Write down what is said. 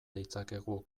ditzakegu